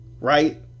Right